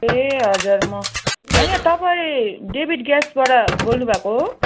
ए हजुर म होइन तपाईँ डेभिड ग्यासबाट बोल्नुभएको हो